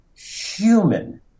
Human